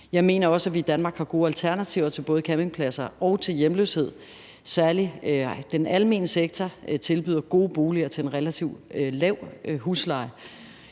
Jeg mener også, at vi i Danmark har gode alternativer til både campingpladser og hjemløshed; særlig den almene sektor tilbyder gode boliger til en relativt lav husleje.